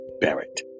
Barrett